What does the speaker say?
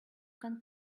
can